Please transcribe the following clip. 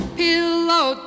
pillow